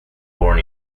born